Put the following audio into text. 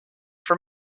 for